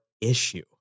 issue